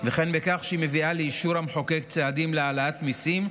וכן בכך שהיא מביאה לאישור המחוקק צעדים להעלאת מיסים,